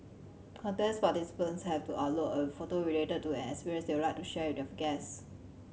contest participants have to upload a photo related to an experience they would like to share with their guest